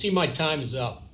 see my time's up